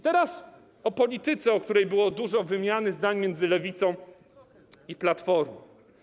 Teraz o polityce, o której było dużo w wymianie zdań miedzy Lewicą i Platformą.